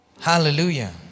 Hallelujah